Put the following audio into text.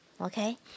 Okay